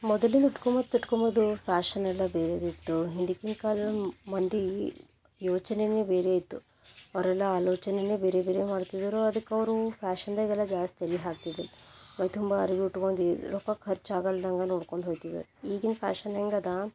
ಮೊದಲಿನ ಉಟ್ಕೊ ಮತ್ತು ಉಟ್ಕೊಂಬುದು ಫ್ಯಾಷನ್ ಎಲ್ಲ ಬೇರೇದೇ ಇತ್ತು ಹಿಂದಿನ ಕಾಲದ ಮಂದಿ ಯೋಚನೆನೇ ಬೇರೆ ಇದ್ವು ಅವರೆಲ್ಲ ಆಲೋಚನೆನೇ ಬೇರೆ ಬೇರೆ ಮಾಡ್ತಿದ್ರು ಅದಕ್ಕವರು ಫ್ಯಾಷನ್ದಾಗೆಲ್ಲ ಜಾಸ್ತಿ ತಲೆ ಹಾಕ್ತಿದಿಲ್ಲ ಮೈ ತುಂಬ ಅರಿವೆ ಉಟ್ಕೊಂದು ರೊಕ್ಕ ಖರ್ಚಾಗಲ್ದಂಗ ನೋಡ್ಕೊಂಡ್ ಹೋಯ್ತಿದ್ರು ಈಗಿನ ಫ್ಯಾಷನ್ ಹೆಂಗದ